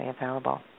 available